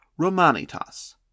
Romanitas